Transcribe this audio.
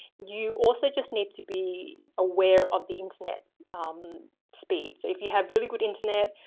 you also just need to be aware of the internet speeds. if you have really good internet,